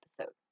episode